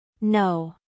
No